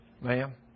Ma'am